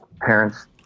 parents